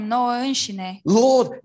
Lord